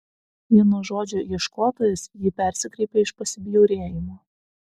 vien nuo žodžio ieškotojas ji persikreipė iš pasibjaurėjimo